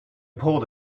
pulled